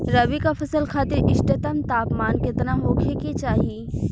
रबी क फसल खातिर इष्टतम तापमान केतना होखे के चाही?